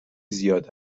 زیاد